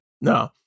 no